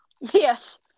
Yes